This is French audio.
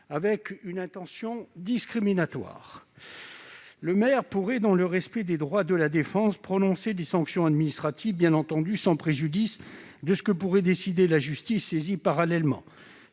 dans une intention discriminatoire. Le maire pourrait aussi, dans le respect des droits de la défense, prononcer des sanctions administratives, bien entendu sans préjudice de ce que pourrait décider la justice, saisie parallèlement